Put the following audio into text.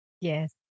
Yes